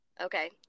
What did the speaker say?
Okay